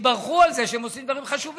שיתברכו על זה שהם עושים דברים חשובים,